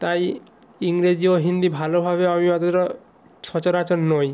তাই ইংরেজি ও হিন্দি ভালোভাবে আমি অতোটা সচরাচর নই